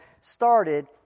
started